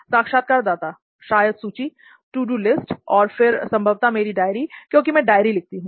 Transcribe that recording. साक्षात्कारदाता शायद सूची टू डू लिस्ट और फिर संभवत मेरी डायरी क्योंकि मैं डायरी लिखती हूं